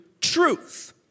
truth